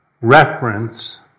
reference